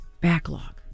backlog